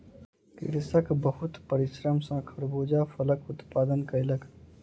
कृषक बहुत परिश्रम सॅ खरबूजा फलक उत्पादन कयलक